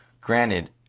Granted